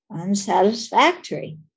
unsatisfactory